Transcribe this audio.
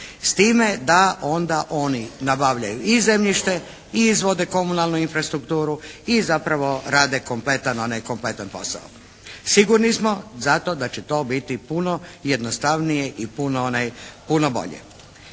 s time da onda oni nabavljaju i zemljište i izvode komunalnu infrastrukturu i zapravo rade kompletan, onaj kompletan posao. Sigurni smo zato da će to biti puno jednostavnije i puno onaj,